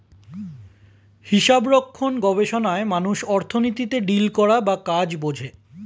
হিসাবরক্ষণ গবেষণায় মানুষ অর্থনীতিতে ডিল করা বা কাজ বোঝে